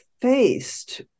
faced